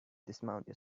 dismounted